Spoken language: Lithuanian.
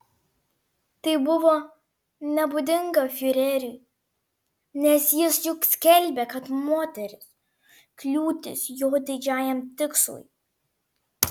tai buvo nebūdinga fiureriui nes jis juk skelbė kad moterys kliūtis jo didžiajam tikslui